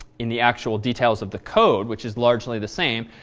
in the actual details of the code which is largely the same.